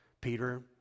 Peter